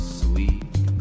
sweet